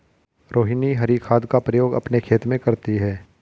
रोहिनी हरी खाद का प्रयोग अपने खेत में करती है